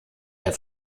der